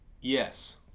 Yes